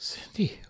Cindy